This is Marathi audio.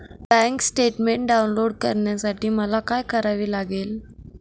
बँक स्टेटमेन्ट डाउनलोड करण्यासाठी मला काय करावे लागेल?